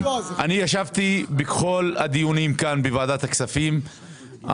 אני ישבתי בכל הדיונים כאן בוועדת הכספים,